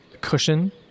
cushion